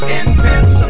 invincible